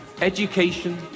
education